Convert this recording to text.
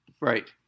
Right